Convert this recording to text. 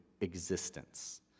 existence